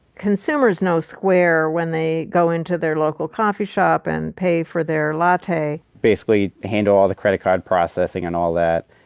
consumers know square when they go into their local coffee shop and pay for their latte. basically handle all the credit card processing and all that.